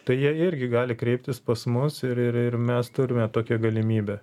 tai jie irgi gali kreiptis pas mus ir ir ir mes turime tokią galimybę